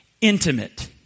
intimate